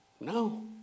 no